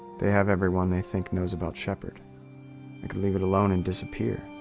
they have everyone they think knows about shepherd. i could leave it alone and disappear.